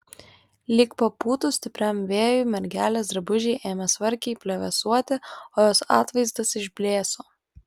lyg papūtus stipriam vėjui mergelės drabužiai ėmė smarkiai plevėsuoti o jos atvaizdas išblėso